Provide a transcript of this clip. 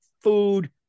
food